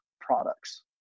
products